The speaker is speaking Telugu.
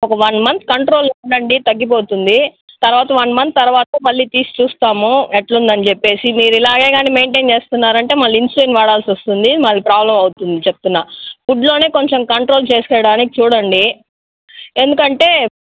ఒక వన్ మంత్ కంట్రోల్లో ఉండండి తగ్గిపోతుంది తర్వాత వన్ మంత్ తర్వాత మళ్ళీ తీసి చూస్తాము ఎలా ఉందని చెప్పి మీరు ఇలాగే కానీ మెయింటైన్ చేసుకున్నారంటే మళ్ళీ ఇన్సులిన్ వాడాల్సి వస్తుంది మళ్ళీ ప్రాబ్లెమ్ అవుతుంది చెప్తున్నా ఫుడ్లోనే కొంచెం కంట్రోల్ చేసుకోవడానికి చూడండి ఎందుకంటే